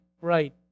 Right